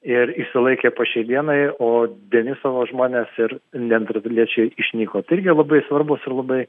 ir išsilaikė po šiai dienai o denisovo žmonės ir neandertaliečiai išnyko tai irgi labai svarbūs ir labai